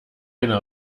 eine